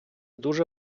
дуже